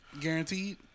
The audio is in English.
guaranteed